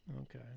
Okay